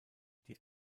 die